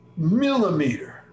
Millimeter